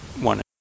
one